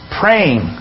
praying